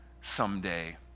Someday